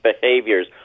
behaviors